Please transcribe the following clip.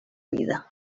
vida